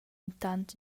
intant